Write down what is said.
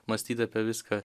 mąstyt apie viską